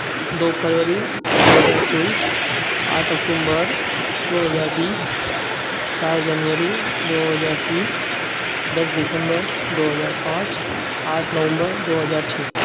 दो फरवरी दो हजार चौबीस आठ अक्टूबर दो हजार बीस चार जनवरी दो हजार तीन दस दिसम्बर दो हजार पाँच आठ नवम्बर दो हजार छ